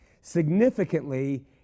Significantly